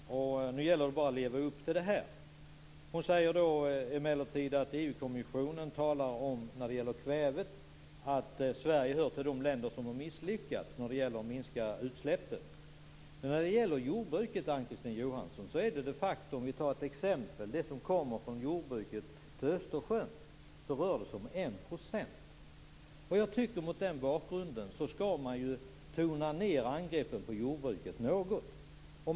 Nu gäller det bara att leva upp till det som sägs här. Ann-Kristine Johansson säger emellertid att EU kommissionen när det gäller kvävet konstaterar att Sverige hör till de länder som har misslyckats med att minska utsläppen. Men, Ann-Kristine Johansson, utsläppen från jordbruket till Östersjön ligger de facto på 1 %. Mot den bakgrunden tycker jag att man något skall tona ned angreppen på jordbruket.